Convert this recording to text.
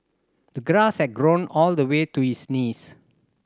the grass had grown all the way to his knees